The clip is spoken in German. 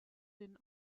den